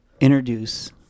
introduce